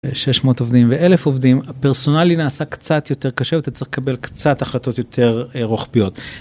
600 עובדים ו-1,000 עובדים, הפרסונלי נעשה קצת יותר קשה ואתה צריך לקבל קצת החלטות יותר רוחביות.